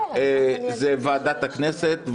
זו ועדת הכנסת.